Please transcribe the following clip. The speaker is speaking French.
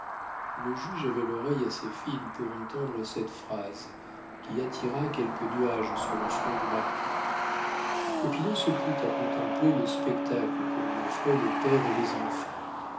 le juge avait l'oreille assez fine pour entendre cette phrase qui attira quelques nuages sur le front du marquis popinot se plut à contempler le spectacle que lui offraient le père et les enfants